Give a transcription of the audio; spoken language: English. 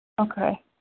Okay